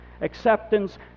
Acceptance